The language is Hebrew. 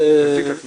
תציג את עצמך.